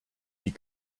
die